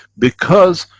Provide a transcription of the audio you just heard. because,